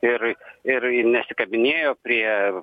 ir ir nesikabinėjo prie